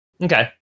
Okay